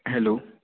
hello